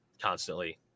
constantly